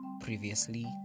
previously